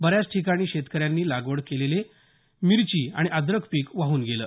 बऱ्याच ठिकाणी शेतकऱ्यांनी लागवड केलेले मिरची आणि अद्रक पीक वाहन गेले